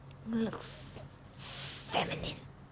I'm going to look I'm going to look feminine